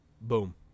Boom